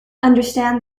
understand